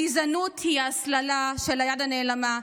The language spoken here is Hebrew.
הגזענות היא ההסללה של היד הנעלמה,